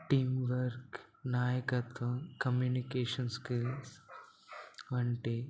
team work నాయకత్వం communication skills వంటి